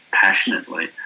passionately